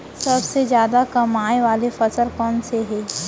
सबसे जादा कमाए वाले फसल कोन से हे?